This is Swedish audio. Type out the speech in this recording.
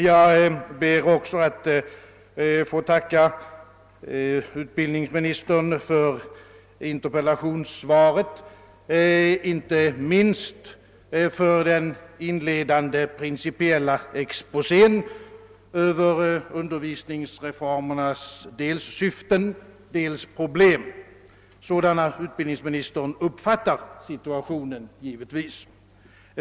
Jag ber också att få tacka utbildningsministern för interpellationssvaret, inte minst för den inledande principiella exposén över dels syftet med, dels problemen inom undervisningen, givetvis utformad i enlighet med den uppfattning som utbildningsministern har om situationen.